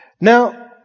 Now